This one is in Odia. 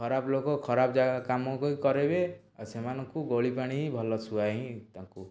ଖରାପ ଲୋକ ଖରାପ ଜାଗାରେ କାମ ବି କରେଇବେ ଆଉ ସେମାନଙ୍କୁ ଗୋଳିପାଣି ହିଁ ଭଲ ସୁହାଏ ହିଁ ତାଙ୍କୁ